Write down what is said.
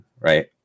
right